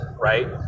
right